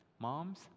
Moms